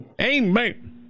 Amen